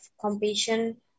compassion